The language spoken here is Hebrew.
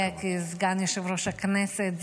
-- לבוגריה, כסגן יושב-ראש הכנסת.